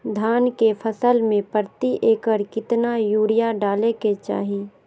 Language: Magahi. धान के फसल में प्रति एकड़ कितना यूरिया डाले के चाहि?